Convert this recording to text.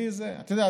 אתה יודע,